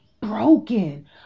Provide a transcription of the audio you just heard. broken